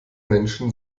menschen